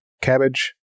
cabbage